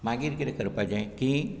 मागीर कितें करपाचें की